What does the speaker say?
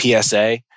PSA